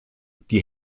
die